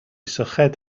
syched